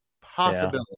Possibility